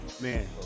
man